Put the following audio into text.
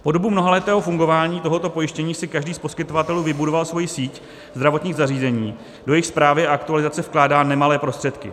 Po dobu mnohaletého fungování tohoto pojištění si každý z poskytovatelů vybudoval svoji síť zdravotních zařízení, do jejichž správy a aktualizace vkládá nemalé prostředky.